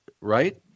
right